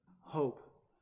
hope